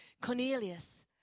Cornelius